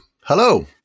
Hello